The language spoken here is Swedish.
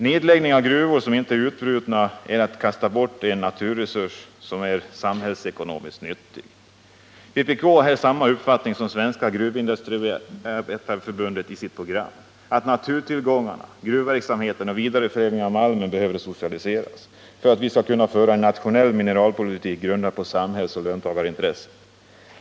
Att lägga ned gruvor som inte är utbrutna är att kasta bort en naturresurs som är samhällsekonomiskt nyttig. Vpk har här samma uppfattning som Svenska gruvindustriarbetareförbundet i sitt program, att naturtillgångarna, gruvverksamheten och vidareförädlingen av malmen behöver socialiseras för att vi skall kunna föra en nationell mineralpolitik grundad på samhällsoch löntagarintresset.